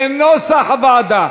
כנוסח הוועדה.